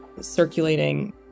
circulating